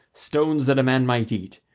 stones that a man might eat,